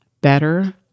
better